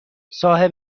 صاحب